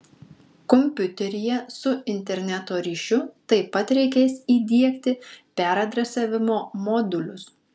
kompiuteryje su interneto ryšiu taip pat reikės įdiegti peradresavimo modulius